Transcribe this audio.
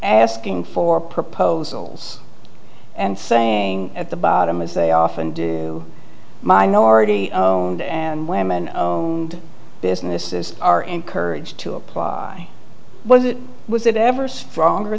asking for proposals and saying at the bottom as they often do minority and women and businesses are encouraged to apply was it was it ever stronger